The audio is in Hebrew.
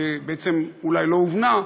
ובעצם אולי לא הובנה,